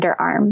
underarm